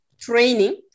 training